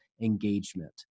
engagement